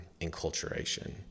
enculturation